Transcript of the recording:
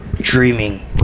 dreaming